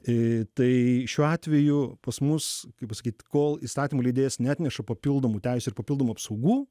į tai šiuo atveju pas mus kaip pasakyt kol įstatymų leidėjas neatneša papildomų teisių ir papildomų apsaugų